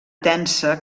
tensa